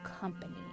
company